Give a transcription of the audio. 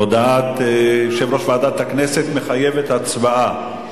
הודעת יושב-ראש ועדת הכנסת מחייבת הצבעה,